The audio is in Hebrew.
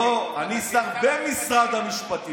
לא, אני שר במשרד המשפטים.